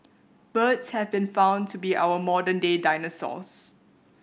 birds have been found to be our modern day dinosaurs